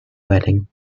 wedding